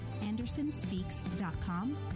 andersonspeaks.com